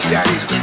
Daddy's